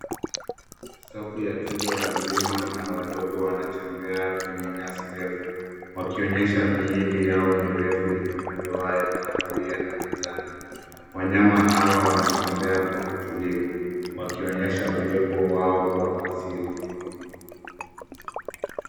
Safu ya twiga wazima na wadogo wanatembea kwenye nyasi ndefu wakionyesha miili yao mirefu yenye madoa ya kahawia na manjano. Wanyama hawa wanatembea kwa utulivu wakionyesha uwepo wao kwa asili.